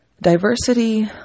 diversity